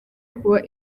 kuba